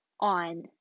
on